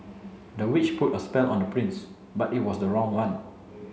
the witch put a spell on the prince but it was the wrong one